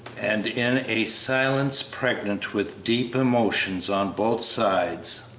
and in a silence pregnant with deep emotion on both sides,